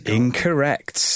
incorrect